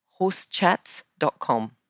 horsechats.com